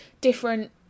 different